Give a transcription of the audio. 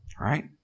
right